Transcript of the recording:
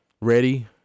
ready